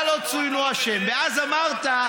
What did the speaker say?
ואז אמרת: